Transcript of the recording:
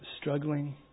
Struggling